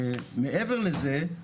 מעבר לזה,